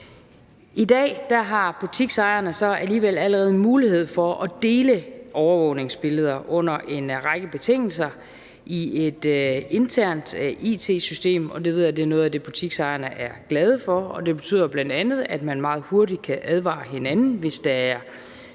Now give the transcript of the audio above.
I dag har butiksejerne allerede en mulighed at dele overvågningsbilleder under en række betingelser i et internt it-system. Det ved jeg er noget af det, som butiksejerne er glade for, og det betyder bl.a., at man meget hurtigt kan advare hinanden, hvis der er